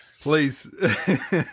Please